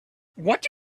what